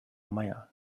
meier